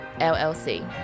LLC